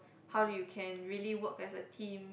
how you can really work as a team